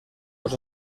los